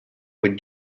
with